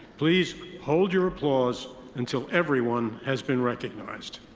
please hold your applause until everyone has been recognized.